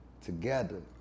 together